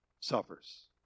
suffers